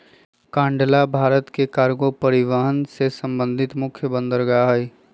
कांडला भारत के कार्गो परिवहन से संबंधित मुख्य बंदरगाह हइ